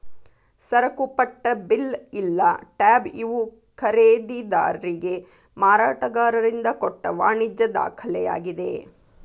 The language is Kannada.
ಸರಕುಪಟ್ಟ ಬಿಲ್ ಇಲ್ಲಾ ಟ್ಯಾಬ್ ಇವು ಖರೇದಿದಾರಿಗೆ ಮಾರಾಟಗಾರರಿಂದ ಕೊಟ್ಟ ವಾಣಿಜ್ಯ ದಾಖಲೆಯಾಗಿದೆ